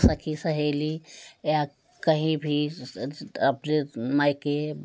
सखी सहेली या कहीं भी अपने मायके